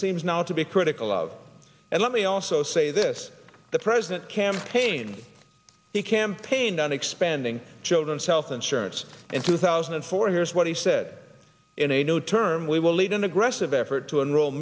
seems now to be critical of and let me also say this the president campaign he campaigned on expanding children's health insurance in two thousand and four here's what he said in a new term we will lead an aggressive effort to enroll